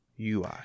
ui